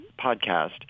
podcast